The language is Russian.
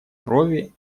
брови